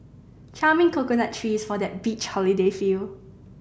charming coconut trees for that beach holiday feel